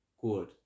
good